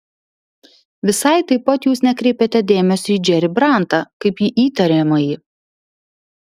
visai taip pat jūs nekreipėte dėmesio į džerį brantą kaip į įtariamąjį